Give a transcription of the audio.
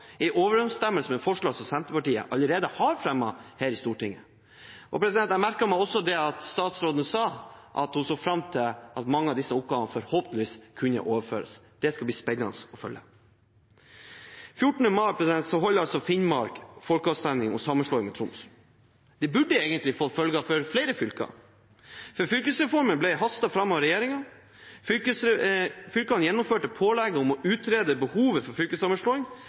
er i overensstemmelse med forslag som Senterpartiet allerede har fremmet her i Stortinget. Jeg merket meg også at statsråden sa hun så fram til at mange av disse oppgavene forhåpentligvis kunne overføres. Det skal bli spennende å følge. 14. mai holder Finnmark folkeavstemning om sammenslåing med Troms. Det burde egentlig fått følger for flere fylker, for fylkesreformen ble hastet fram av regjeringen. Fylkene gjennomførte pålegg om å utrede behovet for fylkessammenslåing,